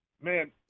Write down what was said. man